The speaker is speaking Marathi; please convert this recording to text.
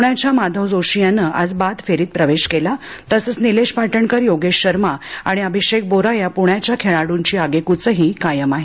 पुण्याच्या माधव जोशी यानं आज बाद फेरीत प्रवेश केला तसंच निलेश पाटणकर योगेश शर्मा आणि अभिषेक बोरा या प्ण्याच्या खेळाड्ंची आगेक्चही कायम आहे